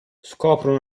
scoprono